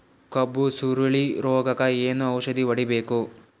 ಕಬ್ಬು ಸುರಳೀರೋಗಕ ಏನು ಔಷಧಿ ಹೋಡಿಬೇಕು?